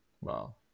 Wow